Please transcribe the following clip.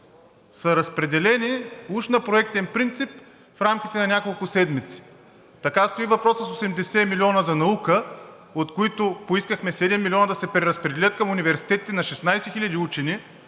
са разпределени уж на проектен принцип в рамките на няколко седмици. Така стои въпросът с 80 милиона за наука, от които поискахме 7 милиона да се преразпределят към университетите на 16 хиляди учени.